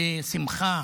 בשמחה,